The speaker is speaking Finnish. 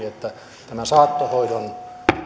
että saattohoidon